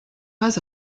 pas